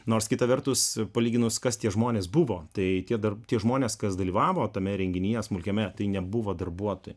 nors kita vertus palyginus kas tie žmonės buvo tai tie tie žmonės kas dalyvavo tame renginyje smulkiame tai nebuvo darbuotojų